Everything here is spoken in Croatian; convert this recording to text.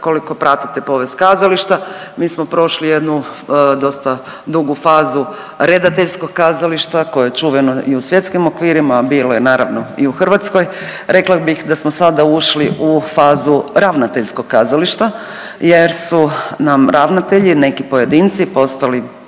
ukoliko pratite povijest kazališta, mi smo prošli jednu dosta dugu fazu redateljskog kazalište koje je čuveno i u svjetskim okvirima, a bilo je naravno i u Hrvatskoj. Rekla bih da smo sada ušli u fazu ravnateljskog kazališta jer su nam ravnatelji, neki pojedinci postali